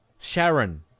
Sharon